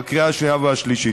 לקריאה השנייה והשלישית.